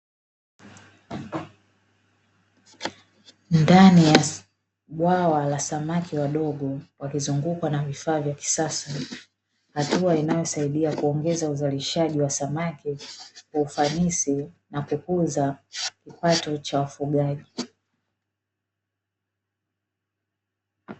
Ndani ya bwawa la samaki wadogo, wakizungukwa na vifaa vya kisasa. Hatua inayosaidia kuongeza uzalishaji wa samaki, ufanisi na kukuza kipato cha wafugaji.